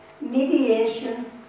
mediation